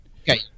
Okay